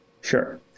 Sure